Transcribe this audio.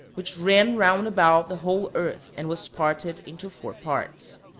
which ran round about the whole earth, and was parted into four parts.